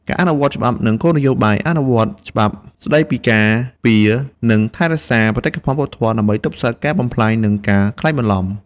ការអនុវត្តច្បាប់ និងគោលនយោបាយ អនុវត្តច្បាប់ស្តីពីការពារ និងថែរក្សាបេតិកភណ្ឌវប្បធម៌ ដើម្បីទប់ស្កាត់ការបំផ្លាញ និងការក្លែងបន្លំ។